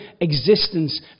existence